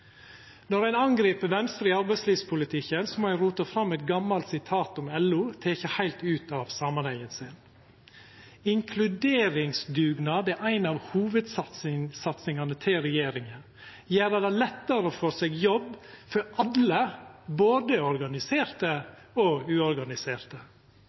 Når ein angrip Venstre i arbeidslivspolitikken, må ein rota fram eit gamalt sitat om LO, teke heilt ut av samanhengen. Inkluderingsdugnad er ei av hovudsatsingane til regjeringa – gjera det lettare å få seg jobb for alle, både